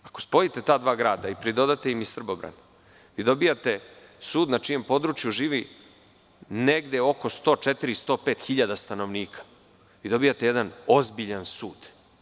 Ako spojite ta dva grada i pridodate im i Srbobran vi dobijate sud na čijem području živi negde oko 104, 105 hiljada stanovnika, vi dobijate jedan ozbiljan sud.